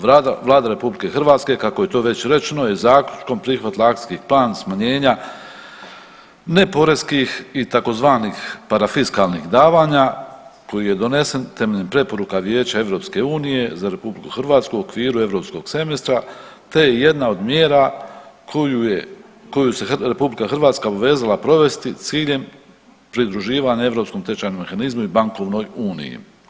Vlada RH kako je to već rečeno je zaključkom prihvatila akcijski plan smanjenja neporetskih i tzv. parafiskalnih davanja koji je donesen temeljem preporuka Vijeća EU za RH u okviru europskog semestra, te je jedna od mjera koju je, koju se RH obvezala provesti s ciljem pridruživanju Europskom tečajnom mehanizmu i bankovnoj uniji.